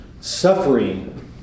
Suffering